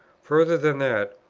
further than that,